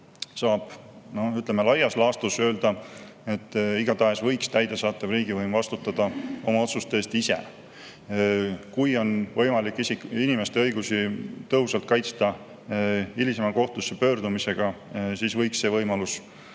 saab laias laastus öelda, et igatahes võiks täidesaatev riigivõim vastutada oma otsuste eest ise. Kui on võimalik inimeste õigusi tõhusalt kaitsta hilisema kohtusse pöördumisega, siis võiks see võimalus olla